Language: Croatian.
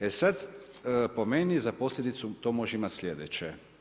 E sada po meni za posljedicu to može imati sljedeće.